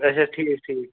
اَچھا ٹھیٖک ٹھیٖک